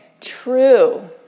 true